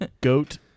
goat